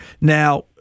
Now